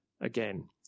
again